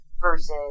versus